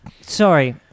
Sorry